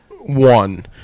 one